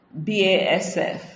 BASF